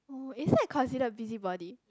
oh is that considered busybody